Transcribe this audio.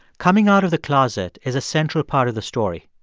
coming out of the closet is a central part of the story.